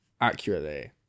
accurately